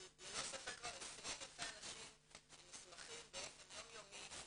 אבל ללא ספק כבר עשרות אלפי אנשים שנסמכים באופן יום-יומי,